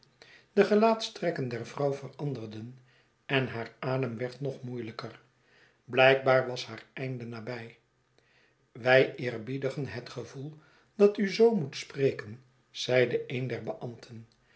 de gelaatstrekken der vrouw veranderden en haar ad em werd nog moeielijker blijkbaar was haar einde nabij wij eerbiedigen het gevoel dat u zoo doet spreken zeide een